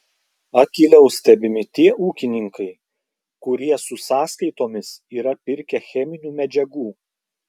akyliau stebimi tie ūkininkai kurie su sąskaitomis yra pirkę cheminių medžiagų